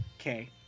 Okay